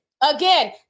Again